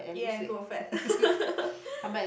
eat and grow fat